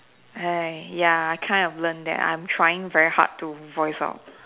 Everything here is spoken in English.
I ya I kind of learnt that I'm trying very hard to voice out